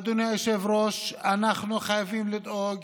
אדוני היושב-ראש, אנחנו חייבים לדאוג